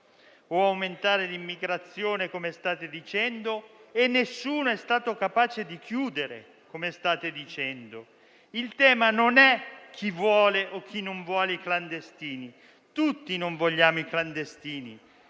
o aumentare l'immigrazione, come state dicendo, e nessuno è stato capace di chiudere, come state dicendo. Il tema non è chi vuole o chi non vuole il clandestino. Nessuno di noi vuole i clandestini.